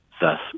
thus